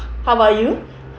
how about you